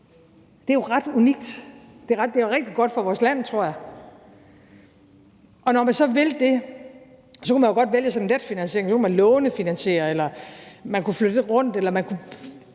Det er jo ret unikt. Det er jo rigtig godt for vores land, tror jeg. Og når man så vil det, kunne man jo godt vælge sådan en let finansiering; så kunne man lånefinansiere, eller man kunne flytte lidt rundt eller noget